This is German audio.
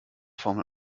formel